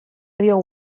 río